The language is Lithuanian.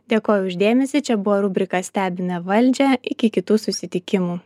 dėkoju už dėmesį čia buvo rubrika stebime valdžią iki kitų susitikimų